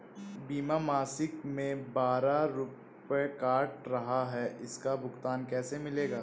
बीमा मासिक में बारह रुपय काट रहा है इसका भुगतान कैसे मिलेगा?